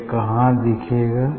यह कहाँ दिखेगा